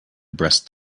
breast